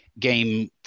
game